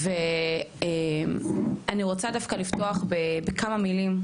אני רוצה דווקא לפתוח את הדיון בכמה מילים,